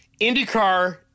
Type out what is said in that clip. IndyCar